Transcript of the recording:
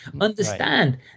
Understand